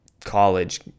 college